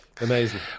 Amazing